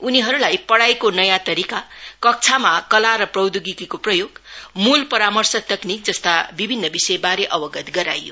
उनीहरूलाई पढ़ाईको नयाँ तरिका कक्षामा कला र प्रौधोगिकीको प्रयोग मूल परामर्श तकनिक जस्ता विभिन्न विषयबारे अवगत गराइयो